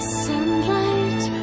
sunlight